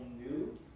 new